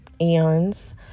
eons